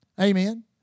Amen